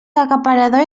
acaparador